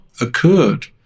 occurred